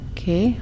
Okay